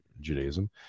Judaism